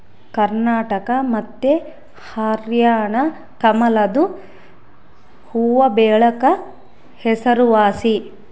ಕರ್ನಾಟಕ ಮತ್ತೆ ಹರ್ಯಾಣ ಕಮಲದು ಹೂವ್ವಬೆಳೆಕ ಹೆಸರುವಾಸಿ